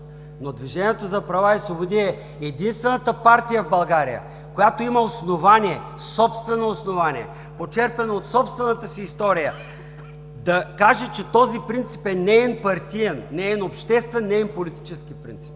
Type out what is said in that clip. Но Движението за права и свободи е единствената партия в България, която има основание, собствено основание, почерпено от собствената си история, да каже, че този принцип е неин партиен, неин обществен, неин политически принцип!